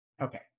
Okay